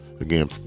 again